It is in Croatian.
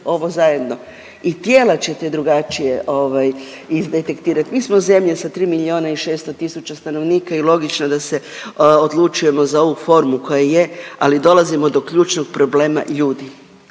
ovo zajedno i tijela ćete drugačije izdetektirat. Mi smo zemlja sa 3 milijuna i 600 tisuća stanovnika i logično je da se odlučujemo za ovu formu koja je, ali dolazimo do ključnog problema ljudi.